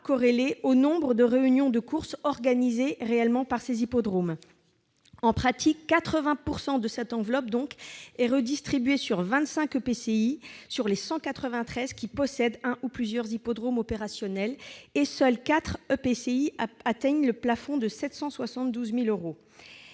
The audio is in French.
corrélée au nombre de réunions de courses organisées réellement par ces hippodromes. En pratique, 80 % de l'enveloppe sont redistribués à 25 EPCI sur les 193 qui possèdent un ou plusieurs hippodromes opérationnels et seuls 4 EPCI atteignent le plafond de 772 000 euros.